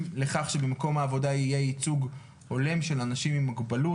לכך שבמקום העבודה יהיה ייצוג הולם של אנשים עם מוגבלות.